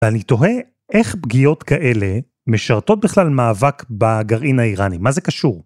אני תוהה איך פגיעות כאלה משרתות בכלל מאבק בגרעין האיראני, מה זה קשור?